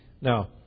Now